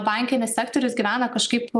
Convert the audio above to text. bankinis sektorius gyvena kažkaip